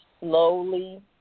slowly